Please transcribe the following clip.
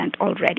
already